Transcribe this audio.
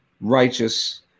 righteous